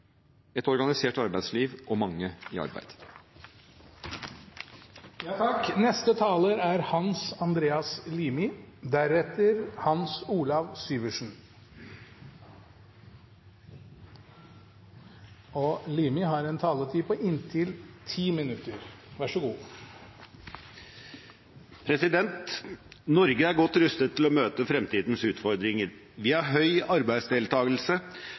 et organisert arbeidsliv og mange i arbeid. Norge er godt rustet til å møte fremtidens utfordringer. Vi har høy arbeidsdeltakelse, store naturressurser, høy kompetanse og